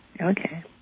Okay